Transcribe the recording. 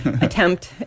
attempt